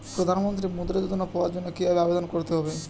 প্রধান মন্ত্রী মুদ্রা যোজনা পাওয়ার জন্য কিভাবে আবেদন করতে হবে?